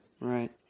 Right